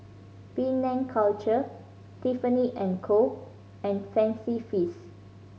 Penang Culture Tiffany and Co and Fancy Feast